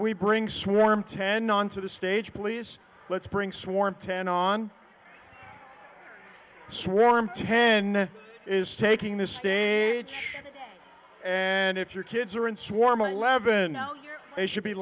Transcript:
we bring swarm ten onto the stage please let's bring swarm ten on swarm ten is taking the stage and if your kids are in swarming eleven zero they should be